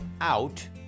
out